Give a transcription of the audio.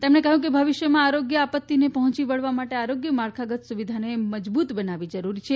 તેમણે કહ્યું કે ભવિષ્યમાં આરોગ્ય આપત્તિને પહોયી વળવા માટે આરોગ્ય માળખાગત સુવિધાને મજબૂત બનાવવી જરૂરી છે